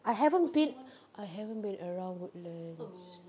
I haven't been I haven't been around woodlands